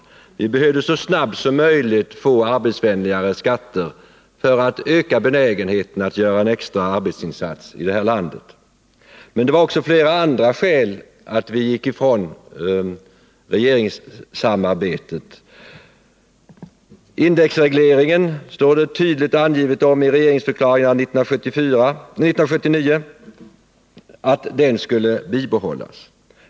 Vi behövde nämligen så snabbt som möjligt få arbetsvänligare skatter för att öka benägenheten hos människorna i det här landet att göra en extra arbetsinsats. Men det var också flera andra skäl till att vi gick ifrån regeringssamarbetet. Det står t.ex. tydligt angivet i regeringsförklaringen 1979 att indexregleringen skulle bibehållas.